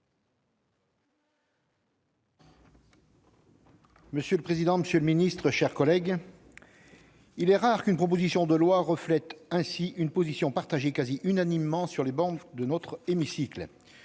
Monsieur le président, monsieur le ministre, mes chers collègues, il est rare qu'une proposition de loi reflète une position partagée quasi unanimement sur les travées de notre hémicycle.